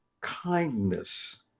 kindness